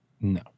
No